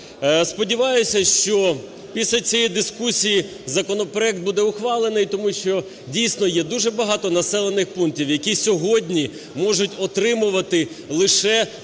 Сподіваюся, що після цієї дискусії законопроект буде ухвалений, тому що, дійсно, є дуже багато населених пунктів, які сьогодні можуть отримувати лише